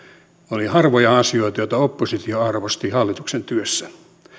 oli harvoja asioita joita oppositio arvosti hallituksen työssä